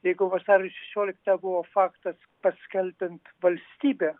jeigu vasario šešioliktą buvo faktas paskelbiant valstybę